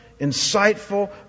insightful